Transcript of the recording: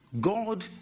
God